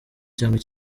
cyangwa